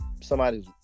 somebody's